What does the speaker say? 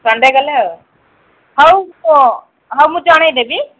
Sunday ଗଲେ ଆଉ ହଉ ମୁଁ ହଉ ମୁଁ ଜଣେଇଦେବି